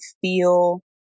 feel